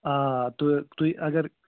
آ تُہۍ تُہۍ اگر